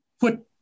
put